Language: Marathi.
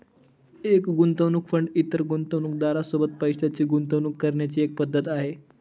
एक गुंतवणूक फंड इतर गुंतवणूकदारां सोबत पैशाची गुंतवणूक करण्याची एक पद्धत आहे